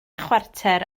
chwarter